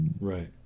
Right